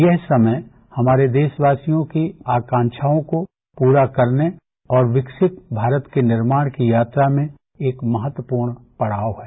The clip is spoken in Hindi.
यह समय हमारे देशवासियों की आकाक्षाओं को पूरा करने और विकसित भारत के निर्माण की यात्रा में एक महत्वपूर्ण पड़ाव है